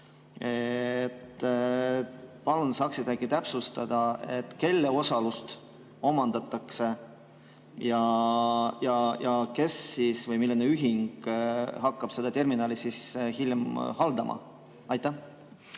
kas saaksite täpsustada, kelle osalust omandatakse ja kes või milline ühing hakkab seda terminali hiljem haldama? Aitäh!